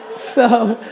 so,